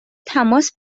تماس